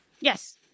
Yes